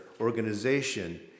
organization